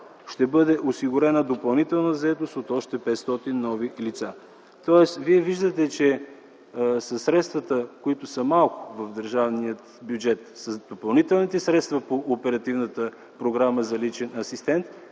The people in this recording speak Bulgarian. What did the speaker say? ще бъде осигурена допълнителна заетост от още 500 нови лица. Тоест, вие виждате, че със средствата, които са малко в държавния бюджет, с допълнителните средства по Оперативната програма за личен асистент,